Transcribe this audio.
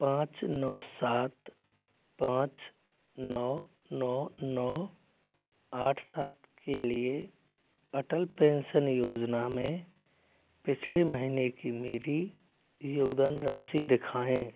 पाँच नौ सात पाँच नौ नौ नौ आठ सात के लिए अटल पेंशन योजना मे पिछले महीने के मेरी योगदान राशि दिखाएं